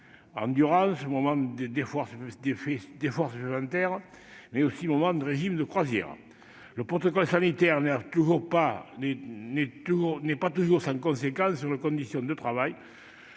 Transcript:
endurance, moments d'effort supplémentaire, mais aussi moments de régime de croisière ... Le protocole sanitaire n'est pas toujours sans conséquence sur nos conditions de travail,